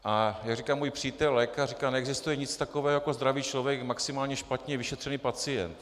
Jak říká můj přítel lékař: neexistuje nic takového jako zdravý člověk, maximálně špatně vyšetřený pacient.